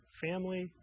family